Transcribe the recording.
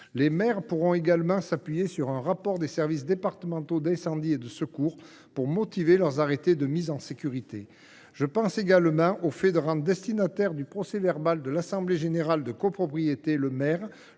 Les maires pourront également s’appuyer sur un rapport des services départementaux d’incendie et de secours (Sdis) pour motiver leurs arrêtés de mise en sécurité. Je pense également au fait de rendre destinataires du procès verbal de l’assemblée générale de copropriété le maire,